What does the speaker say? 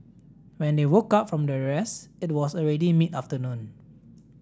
when they woke up from their rest it was already mid afternoon